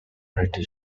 radio